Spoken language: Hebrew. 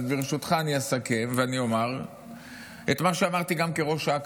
אז ברשותך אני אסכם ואומר את מה שאמרתי גם כראש אכ"א,